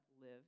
live